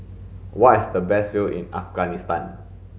where is the best view in Afghanistan